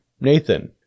Nathan